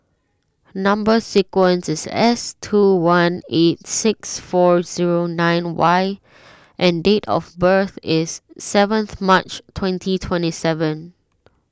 Number Sequence is S two one eight six four zero nine Y and date of birth is seventh March twenty twenty seven